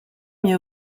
mis